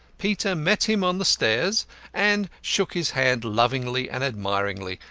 peter met him on the stairs and shook his hand lovingly and admiringly,